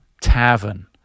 tavern